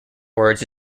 words